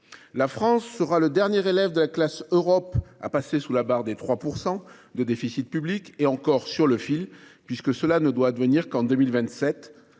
La France sera le dernier élève de la classe Europe à passer sous la barre des 3 % de déficit public, et encore le fera t elle sur le fil, puisque cela ne doit advenir qu’en 2027.